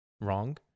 wrong